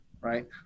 right